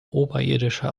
oberirdische